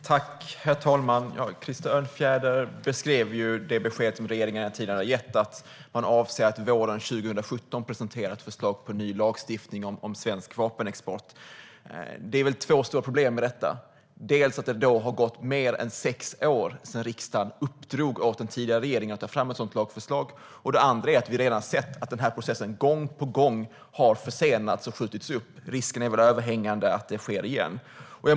Herr talman! Krister Örnfjäder beskrev det besked som regeringen tidigare har gett, nämligen att man avser att våren 2017 presentera ett förslag till ny lagstiftning om svensk vapenexport. Det finns två stora problem med detta. Det första är att det då har gått mer än sex år sedan riksdagen uppdrog åt den tidigare regeringen att ta fram ett sådant lagförslag. Det andra är att vi redan har sett att den här processen gång på gång försenats och skjutits upp. Risken är väl överhängande att det sker igen.